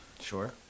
Sure